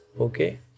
okay